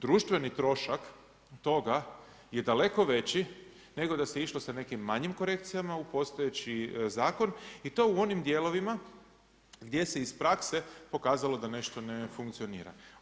Društveni trošak toga je daleko veći nego da se išlo sa nekim manjim korekcijama u postojeći zakon i to u onim dijelovima gdje se iz prakse pokazalo da nešto ne funkcionira.